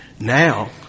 Now